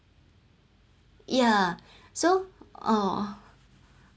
yeah so oh